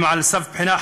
והם על סף בחינה,